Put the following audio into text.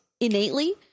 innately